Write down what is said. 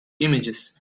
images